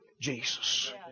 Jesus